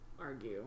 argue